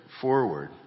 forward